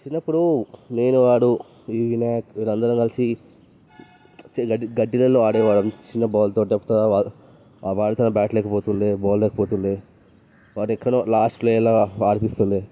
చిన్నప్పుడు నేను వాడు వివి వినాయక్ వీళ్ళందరూ కలిసి గడ్డి గడ్డి నేలలో ఆడేవాళ్ళం చిన్న బాల్ తోటి ఆ బాల్ తోనే బ్యాట్ లేకపోతుండే బాల్ లేకపోతుండే వాడు ఎక్కడో లాస్ట్ ప్లేయర్లో ఆడిపిస్తుండే